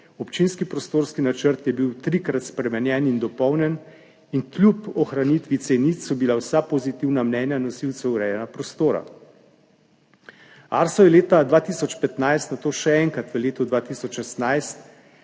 Občinski prostorski načrt je bil trikrat spremenjen in dopolnjen in kljub ohranitvi C0 so bila vsa mnenja nosilcev urejanja prostora pozitivna. ARSO leta 2015, nato še enkrat leta 2016